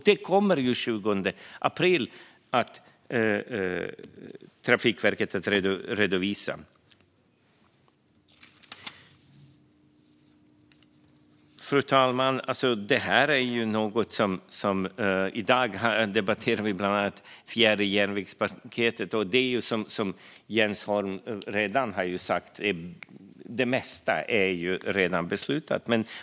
Detta kommer Trafikverket att redovisa den 20 april. Fru talman! I dag debatterar vi bland annat det fjärde järnvägspaketet, och där är det mesta, som Jens Holm redan har sagt, redan beslutat.